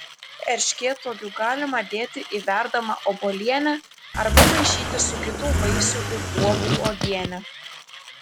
erškėtuogių galima dėti į verdamą obuolienę arba maišyti su kitų vaisių ir uogų uogiene